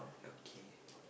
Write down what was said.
okay